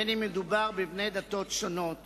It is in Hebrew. בין שמדובר בבני דתות שונות